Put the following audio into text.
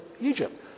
Egypt